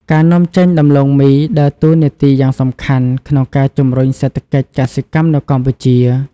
ការនាំចេញដំឡូងមីដើរតួនាទីយ៉ាងសំខាន់ក្នុងការជំរុញសេដ្ឋកិច្ចកសិកម្មនៅកម្ពុជា។